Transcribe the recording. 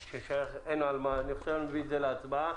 אני מביא את זה להצבעה.